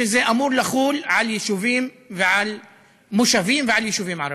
שזה אמור לחול על מושבים ועל יישובים ערביים.